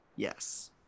Yes